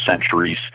centuries